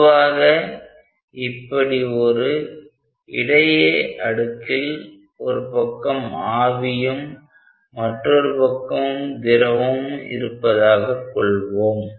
பொதுவாக இப்படி ஒரு இடையே அடுக்கில் ஒருபக்கம் ஆவியும் மற்றொரு பக்கம் திரவமும் இருப்பதாகக் கொள்வோம்